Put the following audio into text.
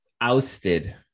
ousted